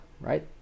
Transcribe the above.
right